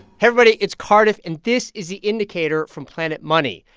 hey, everybody. it's cardiff. and this is the indicator from planet money.